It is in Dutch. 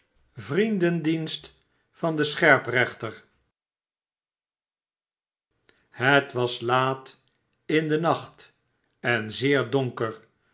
vriendendienst van den scherprechter het was laat in den nacht en zeer donker